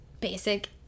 basic